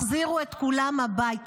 החזירו את כולם הביתה.